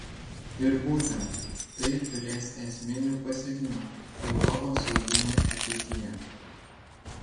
ir būtent tai turės esminių pasekmių europos saugumui ateityje